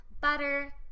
butter